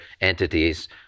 entities